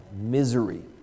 misery